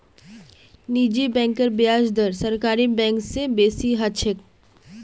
निजी बैंकेर ब्याज दर सरकारी बैंक स बेसी ह छेक